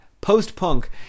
post-punk